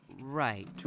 Right